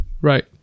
Right